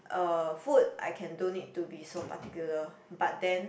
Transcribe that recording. um food I can don't need to be so particular but then